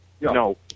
No